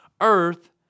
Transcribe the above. earth